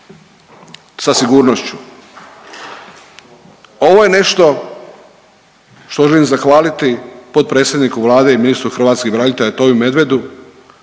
sa sigurnošću. Ovo je nešto što želim zahvaliti potpredsjedniku Vlade i ministru hrvatskih branitelja Tomi Medvedu